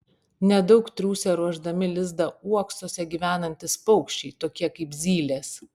nedaug triūsia ruošdami lizdą uoksuose gyvenantys paukščiai tokie kaip zylės